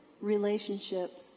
relationship